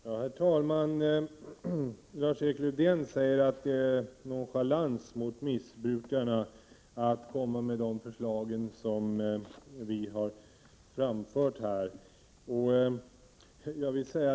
Herr talman! Lars-Erik Lövdén säger att de förslag som vi har framfört innebär en nonchalans mot missbrukarna.